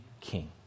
king